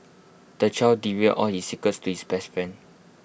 the child divulged all his secrets to his best friend